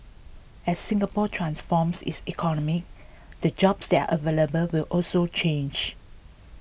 as Singapore transforms its economy the jobs that are available will also change